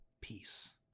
peace